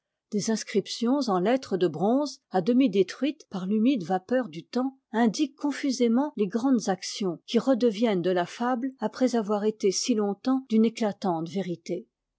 des inscriptions en lettres de bronze à demi détruites par l'humide vapeur du temps indiquent confusément les grandes actions qui redeviennent de la fable après avoir été si longtemps d'une éetatante vérité